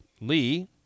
Lee